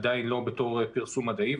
עדיין לא בתור פרסום מדעי,